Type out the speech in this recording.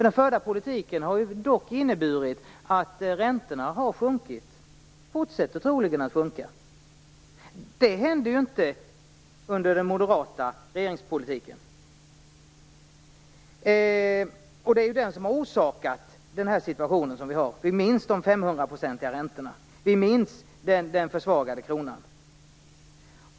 Den förda politiken har ju inneburit att räntorna har sjunkit och att de troligen fortsätter att sjunka. Det hände inte under den moderata regeringsperioden, och det är ju den som har orsakat dagens situation - vi minns de 500-procentiga räntorna, och vi minns den försvagade kronan.